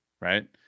right